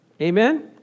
Amen